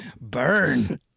burn